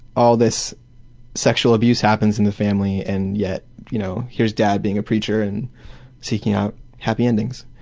all this sexual abuse happens in the family and yet you know here is dad being a preacher and seeking out happy endings.